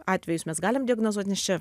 atvejus mes galim diagnozuot nes čia